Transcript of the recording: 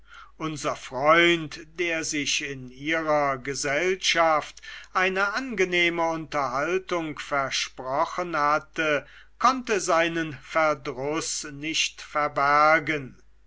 unser freund der sich in ihrer gesellschaft eine angenehme unterhaltung versprochen hatte konnte seinen verdruß nicht verbergen